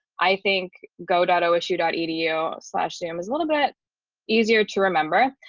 i think goto issue dot edu slash danae was a little bit easier to remember.